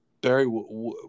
Barry